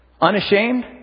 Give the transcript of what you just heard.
Unashamed